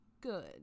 good